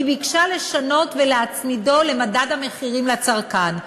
היא ביקשה לשנות ולהצמידו למדד המחירים לצרכן.